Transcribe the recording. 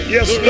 Yes